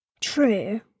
True